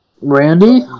Randy